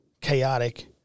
chaotic